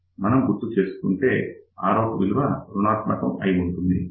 మనం గుర్తు చేసుకుంటే Rout విలువ రుణాత్మకం అయి ఉంటుంది